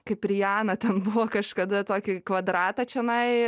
kaip riana ten buvo kažkada tokį kvadratą čionai